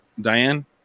diane